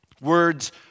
Words